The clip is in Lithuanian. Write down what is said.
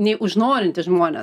nei užnorinti žmones